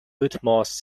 utmost